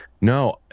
No